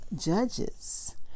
Judges